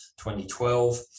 2012